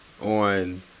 on